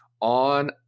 on